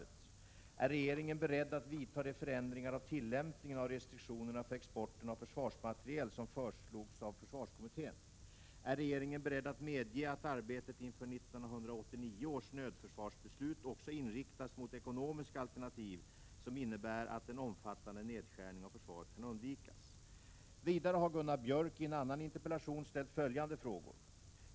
Är regeringen beredd att vidta de förändringar av tillämpningen av restriktionerna för export av försvarsmateriel som föreslogs av försvarskommittén? 5. Är regeringen beredd att medge, att arbetet inför 1989 års nödförsvarsbeslut också inriktas mot ekonomiska alternativ som innebär att en omfattande nedskärning av försvaret kan undvikas? Vidare har Gunnar Björk i en annan interpellation ställt följande frågor: 1.